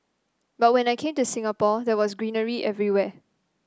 but when I came to Singapore there was greenery everywhere